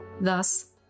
thus